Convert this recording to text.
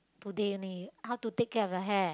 today only how to take care of your hair